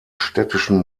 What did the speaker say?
städtischen